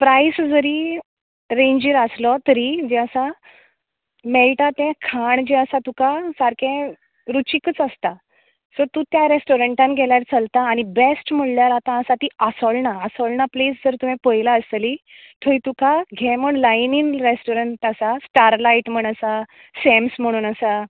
प्रायस जरी रेंजीर आसलो तरी जें आसा मेळटा तें खाण जें आसा तें तुका सारकें रुचीकूच आसता सो तू त्या रेस्टोरंटान गेल्यार चलता आनी बेश्ट म्हणल्यार आतां आसा ती आसोळना आसोळणा प्लेस जर तुवें पयला आसतली थंय तुका घे म्हण लायणीन रेस्टोरंट आसा स्टार लायट म्हण आसा सेम्स म्हणून आसा